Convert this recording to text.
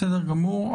בסדר גמור.